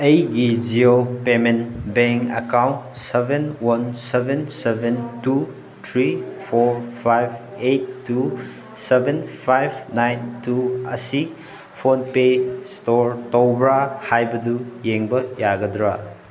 ꯑꯩꯒꯤ Jio payment bank account seven one seven seven two three four five eight two seven five nine two ꯑꯁꯤ PhonePe history ꯇꯧꯕ꯭ꯔꯥ ꯍꯥꯏꯕꯗꯨ ꯌꯦꯡꯕ ꯌꯥꯒꯗ꯭ꯔꯥ